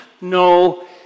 no